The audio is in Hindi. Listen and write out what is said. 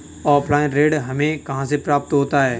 ऑफलाइन ऋण हमें कहां से प्राप्त होता है?